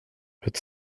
het